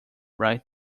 right